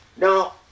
Now